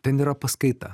ten yra paskaita